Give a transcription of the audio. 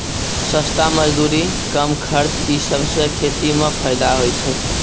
सस्ता मजदूरी, कम खर्च ई सबसें खेती म फैदा होय छै